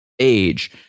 age